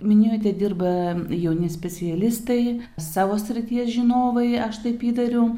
minėjote dirba jauni specialistai savo srities žinovai aš taip įtariau